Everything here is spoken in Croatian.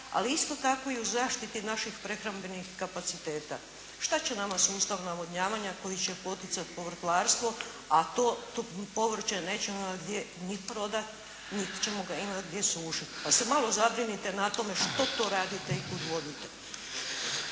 ali isto tako i u zaštiti naših prehrambenih kapaciteta. Šta će nama sustav navodnjavanja koji će poticati povrtlarstvo a to povrće nećemo imati gdje prodati niti ćemo ga imati gdje sušiti. Pa se malo zabrinite nad tome što to radite i kud vodite.